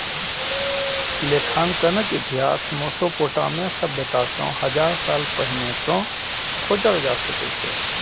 लेखांकनक इतिहास मोसोपोटामिया सभ्यता सं हजार साल पहिने सं खोजल जा सकै छै